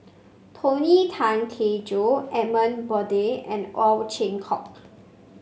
Tony Tan Keng Joo Edmund Blundell and Ow Chin Hock